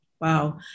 Wow